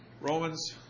Romans